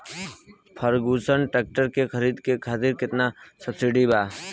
Ferguson tractor के खरीद करे खातिर केतना सब्सिडी बा?